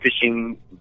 fishing